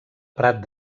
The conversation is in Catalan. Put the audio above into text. prat